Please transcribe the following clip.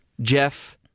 Jeff